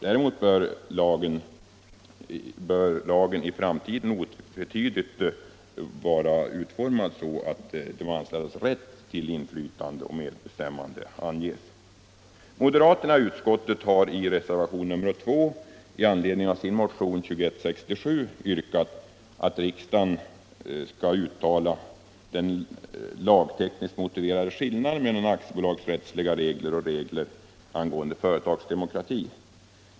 Däremot bör aktiebolagslagen i framtiden otvetydigt vara utformad så, att de anställdas rätt till inflytande och medbestämmande anges. Moderaterna i utskottet har i reservationen 2 i anledning av sin motion 2167 yrkat att riksdagen skall uttala sig om vikten av att beakta av den lagtekniskt motiverade skillnaden mellan aktiebolagsrättsliga regler och regler angående företagsdemokrati.